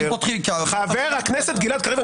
אם פותחים -- חבר הכנסת גלעד קריב,